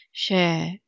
share